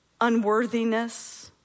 unworthiness